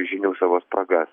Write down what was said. žinių savo spragas